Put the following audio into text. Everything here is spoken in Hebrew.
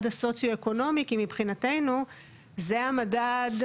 הסוציואקונומי כי מבחינתנו זה המדד,